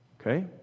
okay